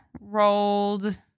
rolled